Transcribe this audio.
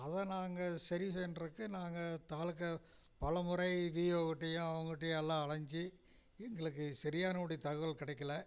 அதை நாங்கள் சரி செய்றக்கு நாங்கள் தாலுகா பலமுறை விஓகிட்டயும் அவங்ககிட்டேயும் எல்லா அலைஞ்சு எங்களுக்கு சரியானபடி தகவல் கிடைக்கல